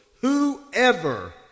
whoever